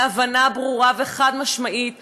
מהבנה ברורה וחד-משמעית שהשבת,